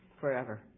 forever